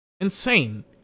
insane